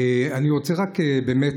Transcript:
תודה רבה.